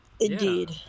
indeed